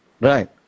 right